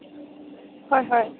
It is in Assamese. হয় হয়